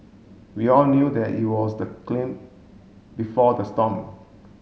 we all knew that it was the clam before the storm